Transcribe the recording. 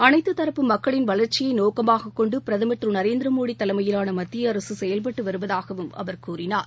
அனைத்துரப்பு மக்களின் வளர்ச்சியைநோக்கமாகக் கொண்டுபிரதமர் திருநரேந்திரமோடிதலைமையிலானமத்தியஅரசுசெயல்பட்டுவருவதாகவும் அவர் கூறினார்